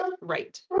Right